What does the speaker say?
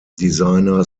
designer